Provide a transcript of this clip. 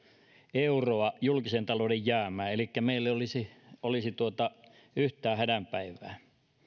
euroa julkisen talouden jäämää elikkä meillä ei olisi yhtään hädän päivää